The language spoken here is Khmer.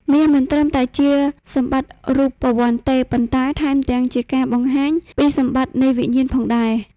មាសមិនត្រឹមតែជាសម្បត្តិរូបវន្តទេ ប៉ុន្តែថែមទាំងជាការបង្ហាញពីសម្បត្តិនៃវិញ្ញាណផងដែរ។